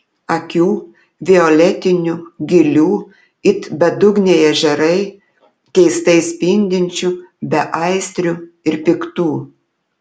akių violetinių gilių it bedugniai ežerai keistai spindinčių beaistrių ir piktų